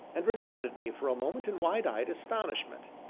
and regarded me for a moment in wide-eyed astonishment.